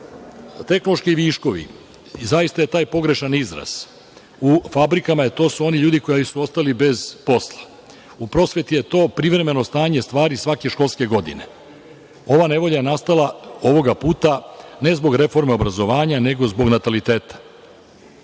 sada. Tehnološki viškovi, zaista je to pogrešan izraz. U fabrikama, to su oni ljudi koji su ostali bez posla, u prosveti je to privremeno stanje stvari svake školske godine. Ova nevolja je nastala ovoga puta ne zbog reforme obrazovanja nego zbog nataliteta,